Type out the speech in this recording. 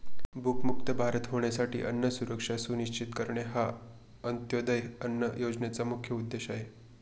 भूकमुक्त भारत होण्यासाठी अन्न सुरक्षा सुनिश्चित करणे हा अंत्योदय अन्न योजनेचा मुख्य उद्देश आहे